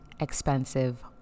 expensive